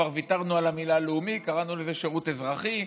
כבר ויתרנו על המילה "לאומי" וקראנו לזה "שירות אזרחי",